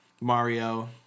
Mario